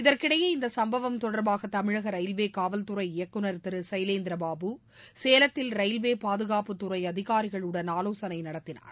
இதற்கிடையே இந்த சம்பவம் தொடர்பாக தமிழக ரயில்வே காவல்துறை இயக்குநர் திரு சைலேந்திரபாபு சேலத்தில் ரயில்வே பாதகாப்புத்துறை அதிகாரிகளுடன் ஆலோசனை நடத்தினார்